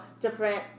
different